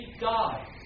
God